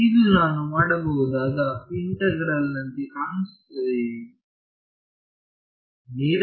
ಇದು ನಾನು ಮಾಡಬಹುದಾದ ಇಂತೆಗ್ರಲ್ ನಂತೆ ಕಾಣಿಸುತ್ತದೆಯೇ